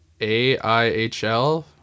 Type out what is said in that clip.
aihl